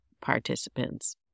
participants